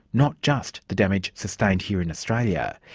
not just the damage sustained here in australia.